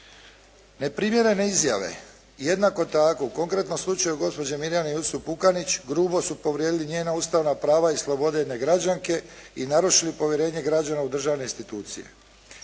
Neprimjerene izjave jednako tako u konkretnom slučaju gospođe Mirjane Jusup Pukanić grubo su povrijedili njena ustavna prava i slobode jedne građanke i narušili povjerenje građana u državne institucije.